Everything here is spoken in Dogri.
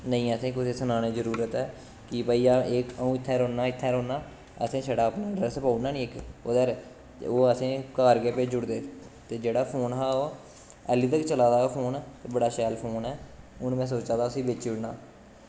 नेईं असें कुसै सनाने दी जरूरत ऐ कि भाई एह् अ'ऊं इत्थें रौह्न्ना इत्थें रौह्न्ना असें छड़ा अपना अड्रैस पाई ओड़ना नी इक ओह्दा पर ते ओह् असें घर गै भेजी ओड़दे ते जेह्ड़ा फोन हा ओह् हाली तक चला दा ओह् फोन ते बड़ा शैल फोन ऐ हून में सोचा दा उसी बेची ओड़ना